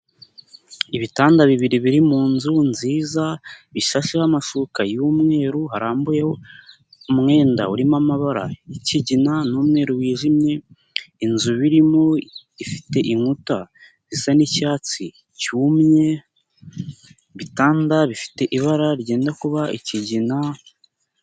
Ibitanda bibiri biri mu nzu nziza bishasheho amashuka y'umweru, harambuyeho umwenda urimo amabara y'ikigina n'umweru wijimye inzu birimo ifite inkuta zisa n'icyatsi cyumye ibitanda bifite ibara ryenda kuba ikigina.